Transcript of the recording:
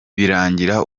birangira